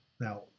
now